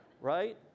right